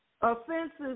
Offenses